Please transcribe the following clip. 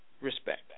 respect